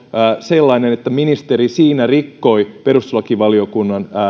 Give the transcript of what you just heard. sellainen että ministeri siinä rikkoi perustuslakivaliokunnan